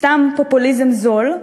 סתם פופוליזם זול,